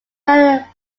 where